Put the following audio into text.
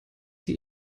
sie